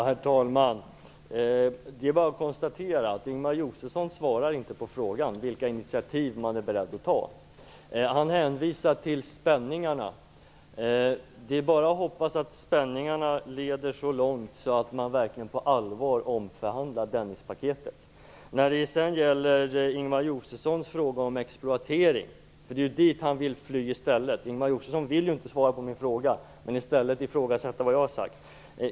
Herr talman! Det är bara att konstatera att Ingemar Josefsson inte svarar på frågan om vilka initiativ man är beredd att ta. Han hänvisar till spänningarna. Det är bara att hoppas att spänningarna leder så långt att man verkligen på allvar omförhandlar Dennispaketet. Ingemar Josefsson vill inte svara på min fråga om exploateringen. I stället ifrågasätter han vad jag har sagt.